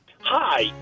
Hi